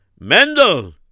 Mendel